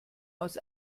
aus